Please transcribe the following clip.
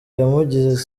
yamugize